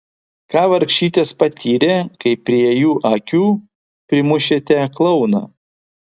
ką vargšytės patyrė kai prie jų akių primušėte klouną